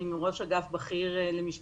אני ראש אגף בכיר למשפחות,